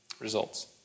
results